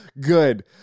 Good